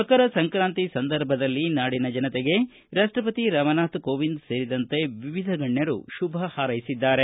ಮಕರ ಸಂಕ್ರಾಂತಿ ಸಂದರ್ಭದಲ್ಲಿ ನಾಡಿನ ಜನತೆಗೆ ರಾಷ್ವಪತಿ ರಾಮನಾಥ ಕೋವಿಂದ ಸೇರಿದಂತೆ ವಿವಿಧ ಗಣ್ಣರು ಶುಭ ಹಾರೈಸಿದ್ದಾರೆ